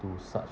to such